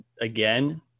Again